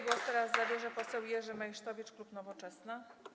Głos teraz zabierze poseł Jerzy Meysztowicz, klub Nowoczesna.